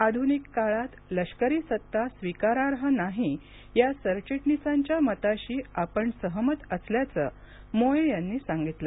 आधुनिक काळात लष्करी सत्ता स्वीकाराई नाही या सरचिटणीसांच्या मताशी आपण सहमत असल्याचं मोए यांनी सांगितलं